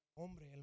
Hombre